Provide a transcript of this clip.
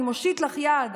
אני מושיט לך יד,